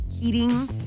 heating